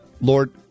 Lord